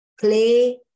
play